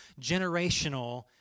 generational